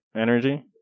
energy